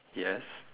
yes